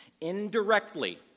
indirectly